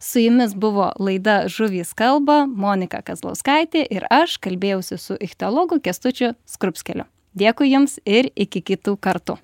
su jumis buvo laida žuvys kalba monika kazlauskaitė ir aš kalbėjausi su ichtiologu kęstučiu skrupskeliu dėkui jums ir iki kitų kartų